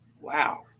Wow